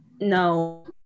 no